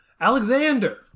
alexander